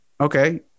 Okay